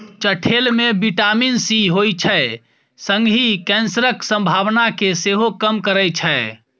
चठेल मे vitamin C होइ छै संगहि कैंसरक संभावना केँ सेहो कम करय छै